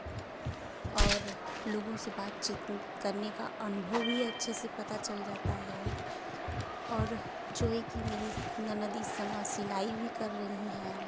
और लोगों से बातचीत करने का अनुभव भी अच्छे से पता चल जाता है और जो है की मेरी ननद इस समय सिलाई भी कर रही है